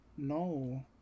No